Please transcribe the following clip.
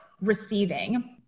receiving